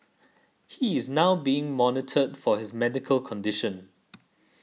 he is now being monitored for his medical condition